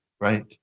right